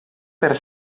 per